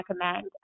recommend